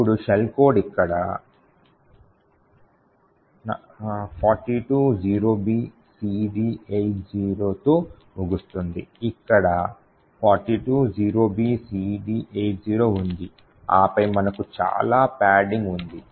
ఇప్పుడు shell code ఇక్కడ 420BCD80తో ముగుస్తుంది ఇక్కడ 420BCD80 ఉంది ఆపై మనకు చాలా పాడింగ్ ఉంది